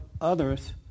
others